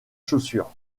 chaussures